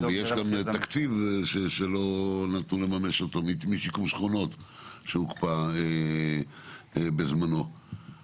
ויש גם תקציב שיקום שכונות שהוקפא בזמנו ולא נטו לממש אותו.